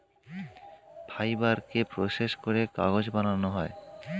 ফাইবারকে প্রসেস করে কাগজ বানানো হয়